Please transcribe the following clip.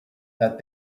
that